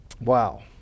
Wow